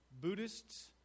Buddhists